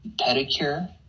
pedicure